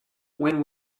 when